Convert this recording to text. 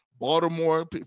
Baltimore